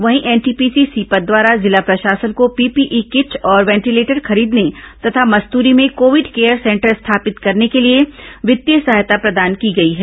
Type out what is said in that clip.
वहीं एनटीपीसी सीपत द्वारा जिला प्रशासन को पीपीई किट और वेंटिलेटर खरीदने तथा मस्तूरी में कोविड केयर सेंटर स्थापित करने के लिए वित्तीय सहायता प्रदान की गई है